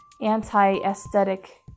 anti-aesthetic